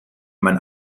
mein